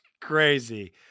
crazy